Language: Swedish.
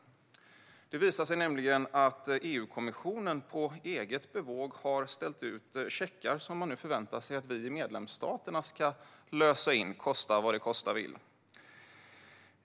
Det visar sig nämligen att EU-kommissionen på eget bevåg har ställt ut checkar som man nu förväntar sig att vi i medlemsstaterna ska lösa in, kosta vad det kosta vill.